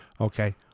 okay